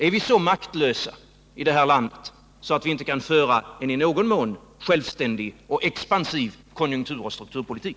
Är vi så maktlösa i det här landet att vi inte kan föra en i någon mån självständig och expansiv konjunkturoch strukturpolitik?